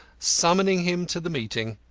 summoning him to the meeting.